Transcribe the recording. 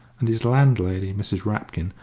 and his landlady, mrs. rapkin,